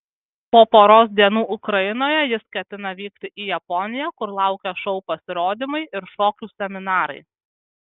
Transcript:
po poros dienų ukrainoje jis ketina vykti į japoniją kur laukia šou pasirodymai ir šokių seminarai